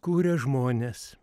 kuria žmonės